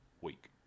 week